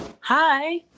Hi